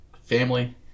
family